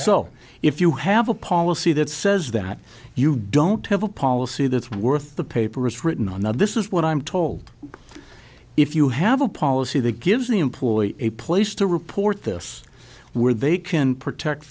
so if you have a policy that says that you don't have a policy that's worth the paper it's written on now this is what i'm told if you have a policy that gives the employer a place to report this where they can protect